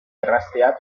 erraztea